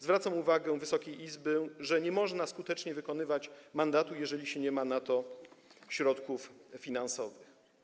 Zwracam uwagę Wysokiej Izby, że nie można skutecznie wykonywać mandatu, jeżeli się nie ma na to środków finansowych.